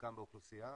לחלקם באוכלוסייה,